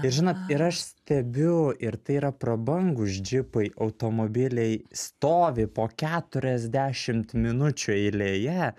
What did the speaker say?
ir žinot ir aš stebiu ir tai yra prabangūs džipai automobiliai stovi po keturiasdešimt minučių eilėje